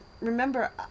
remember